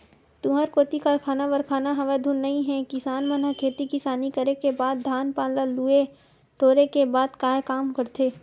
तुँहर कोती कारखाना वरखाना हवय धुन नइ हे किसान मन ह खेती किसानी करे के बाद धान पान ल लुए टोरे के बाद काय काम करथे?